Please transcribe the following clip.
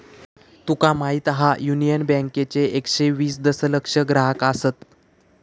तुका माहीत हा, युनियन बँकेचे एकशे वीस दशलक्ष ग्राहक आसत